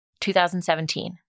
2017